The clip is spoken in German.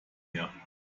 mehr